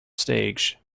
stage